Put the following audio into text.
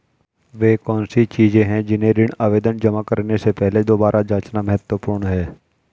वे कौन सी चीजें हैं जिन्हें ऋण आवेदन जमा करने से पहले दोबारा जांचना महत्वपूर्ण है?